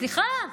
סליחה,